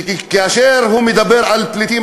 שכאשר הוא מדבר על פליטים,